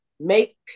make